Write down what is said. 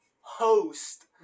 Host